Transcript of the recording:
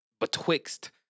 betwixt